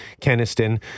Keniston